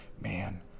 man